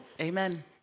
Amen